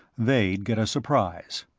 they'd get a surprise.